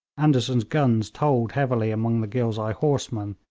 andersen's guns told heavily among the ghilzai horsemen,